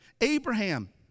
Abraham